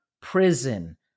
prison